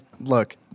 Look